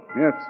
Yes